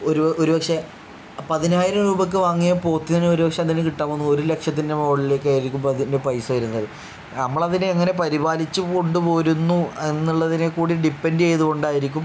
ഒരു ഒരുപക്ഷെ പതിനായിരം രൂപയ്ക്ക് വാങ്ങിയ പോത്തിന് ഒരുപക്ഷേ അതിന് കിട്ടാൻ പോകുന്നത് ഒരു ലക്ഷത്തിൻ്റെ മുകളിലേക്ക് ആയിരിക്കും അതിൻ്റെ പൈസ വരുന്നത് നമ്മൾ അതിനെ എങ്ങനെ പരിപാലിച്ചു കൊണ്ടു പോരുന്നു എന്നുള്ളതിനെ കൂടി ഡിപ്പെെൻഡ് ചെയ്തുകൊണ്ടായിരിക്കും